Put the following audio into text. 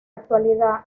actualidad